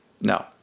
No